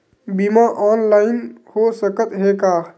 बीमा ऑनलाइन हो सकत हे का?